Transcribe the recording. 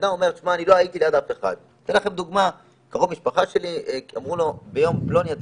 לקרוב משפחה שלי אמרו שביום פלוני הוא